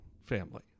family